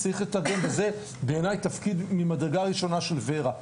זה בעיניי תפקיד ממדרגה ראשונה של ור"ה.